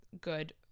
good